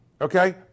okay